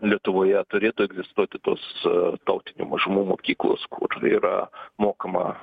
lietuvoje turėtų egzistuoti tos tautinių mažumų mokyklos kur yra mokama